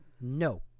No